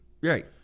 Right